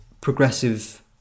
progressive